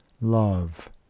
love